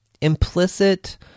implicit